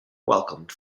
welcomed